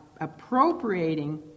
appropriating